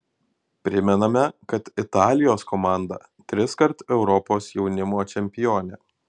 primename kad italijos komanda triskart europos jaunimo čempionė